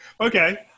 okay